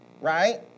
right